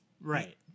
Right